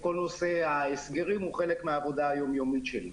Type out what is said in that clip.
וכל נושא ההסגרים הוא חלק מהעבודה היום-יומית שלי.